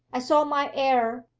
i saw my error,